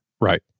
Right